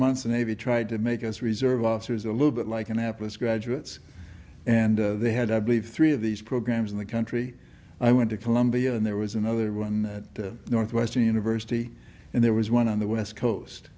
months a navy tried to make us reserve officers a little bit like annapolis graduates and they had i believe three of these programs in the country i went to columbia and there was another one that northwestern university and there was one on the west coast